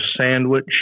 sandwich